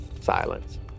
silence